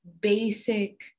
basic